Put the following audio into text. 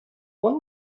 what